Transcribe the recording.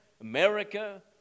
America